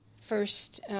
first